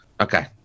Okay